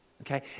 Okay